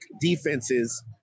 defenses